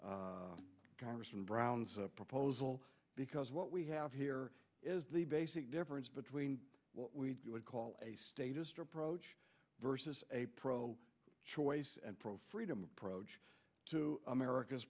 congressman brown's proposal because what we have here is the basic difference between what we would call a statist approach versus a pro choice and pro freedom approach to america's